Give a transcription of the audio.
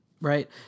Right